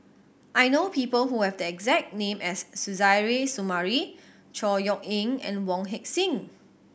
I know people who have the exact name as Suzairhe Sumari Chor Yeok Eng and Wong Heck Sing